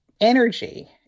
energy